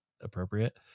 appropriate